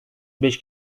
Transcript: beş